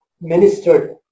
ministered